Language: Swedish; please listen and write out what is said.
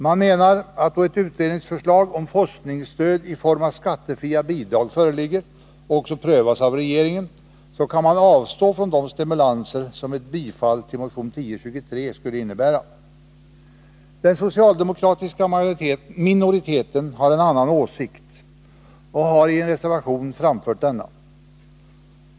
Man menar att då ett utredningsförslag om forskningsstöd i form av skattefria bidrag föreligger och prövas av regeringen kan man avstå från de stimulanser som ett bifall till motion 1023 skulle innebära. Den socialdemokratiska minoriteten har en annan åsikt och har i en reservation framfört denna.